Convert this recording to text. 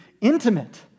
intimate